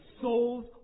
souls